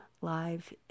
live